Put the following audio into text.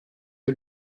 que